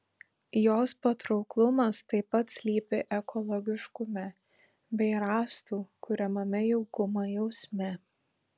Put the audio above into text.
jos patrauklumas taip pat slypi ekologiškume bei rąstų kuriamame jaukumo jausme